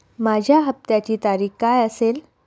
माझ्या हप्त्याची तारीख काय असेल?